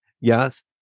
Yes